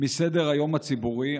מסדר-היום הציבורי.